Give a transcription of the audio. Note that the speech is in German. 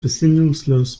besinnungslos